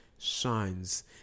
shines